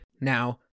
Now